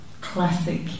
classic